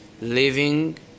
living